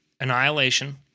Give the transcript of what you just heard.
Annihilation